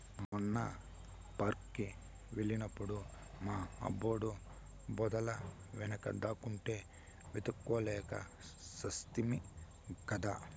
మొన్న పార్క్ కి వెళ్ళినప్పుడు మా బుడ్డోడు పొదల వెనుక దాక్కుంటే వెతుక్కోలేక చస్తిమి కదా